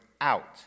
out